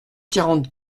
quarante